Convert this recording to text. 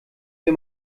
wir